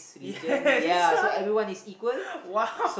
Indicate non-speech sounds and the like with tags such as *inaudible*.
yes *laughs* !wow!